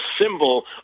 symbol